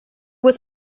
was